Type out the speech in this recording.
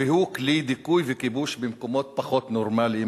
והוא כלי דיכוי וכיבוש במקומות פחות נורמליים,